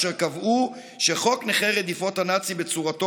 והם קבעו שחוק נכי רדיפות הנאצים בצורתו